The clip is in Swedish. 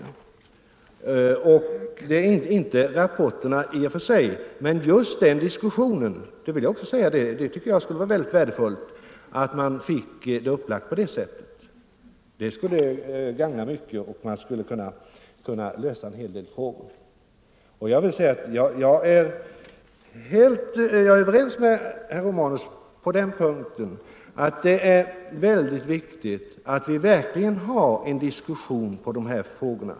Det gällde inte rapporterna i och för sig utan just denna diskussion. Jag tror också att det skulle vara värdefullt att man fick det upplagt på det sättet. Det skulle kunna gagna mycket, och man skulle kunna lösa en hel del frågor. Jag är överens med herr Romanus om att det är väldigt viktigt att vi verkligen har en diskussion om dessa frågor.